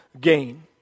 gain